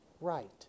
right